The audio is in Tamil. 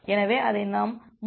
எனவே அதை நாம் முன்பு பார்த்தோம்